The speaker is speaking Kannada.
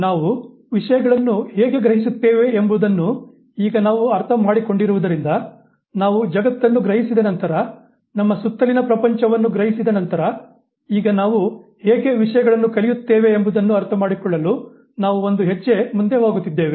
ನಾವು ವಿಷಯಗಳನ್ನು ಹೇಗೆ ಗ್ರಹಿಸುತ್ತೇವೆ ಎಂಬುದನ್ನು ಈಗ ನಾವು ಅರ್ಥಮಾಡಿಕೊಂಡಿರುವುದರಿಂದ ನಾವು ಜಗತ್ತನ್ನು ಗ್ರಹಿಸಿದ ನಂತರ ನಮ್ಮ ಸುತ್ತಲಿನ ಪ್ರಪಂಚವನ್ನು ಗ್ರಹಿಸಿದ ನಂತರ ಈಗ ನಾವು ಹೇಗೆ ವಿಷಯಗಳನ್ನು ಕಲಿಯುತ್ತೇವೆ ಎಂಬುದನ್ನು ಅರ್ಥಮಾಡಿಕೊಳ್ಳಲು ನಾವು ಒಂದು ಹೆಜ್ಜೆ ಮುಂದೆ ಹೋಗುತ್ತಿದ್ದೇವೆ